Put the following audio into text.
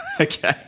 Okay